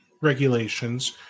regulations